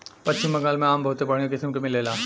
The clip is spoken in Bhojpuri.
पश्चिम बंगाल में आम बहुते बढ़िया किसिम के मिलेला